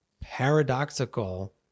paradoxical